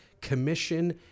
commission